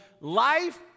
Life